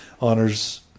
honors